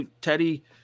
Teddy